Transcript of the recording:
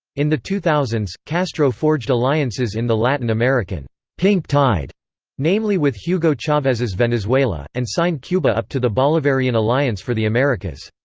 in the two thousand s, castro forged alliances in the latin american pink tide namely with hugo chavez's venezuela and signed cuba up to the bolivarian alliance for the americas.